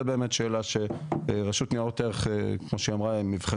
זו שאלה שרשות ניירות ערך יבחנו, כמו שהיא אמרה.